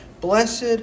blessed